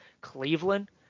Cleveland